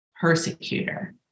persecutor